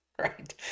right